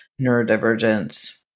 neurodivergence